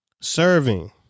Serving